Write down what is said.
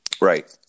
Right